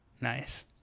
Nice